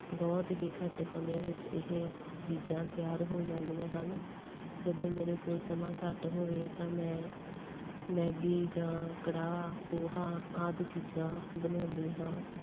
ਬਹੁਤ ਹੀ ਘੱਟ ਸਮੇਂ ਵਿੱਚ ਇਹ ਚੀਜ਼ਾਂ ਤਿਆਰ ਹੋ ਜਾਂਦੀਆਂ ਹਨ ਜਦੋਂ ਮੇਰੇ ਕੋਲ ਸਮਾਂ ਘੱਟ ਹੋਵੇ ਤਾਂ ਮੈਂ ਮੈਗੀ ਜਾਂ ਕੜਾਹ ਪੋਹਾ ਆਦਿ ਚੀਜ਼ਾਂ ਬਣਾਉਂਦੀ ਹਾਂ